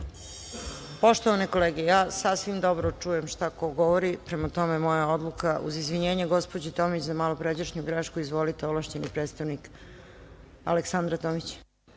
finansija. Poštovane kolege, ja sasvim dobro čujem šta ko govori. Prema tome, moja odluka, uz izvinjenje gospođi Tomić za malopređašnju grešku. Izvolite, ovlašćeni predstavnik Aleksandra Tomić.